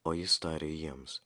o jis tarė jiems